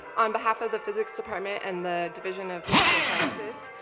on behalf of the physics department and the division of natural sciences,